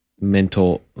mental